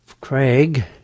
Craig